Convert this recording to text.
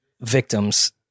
victims